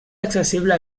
accessible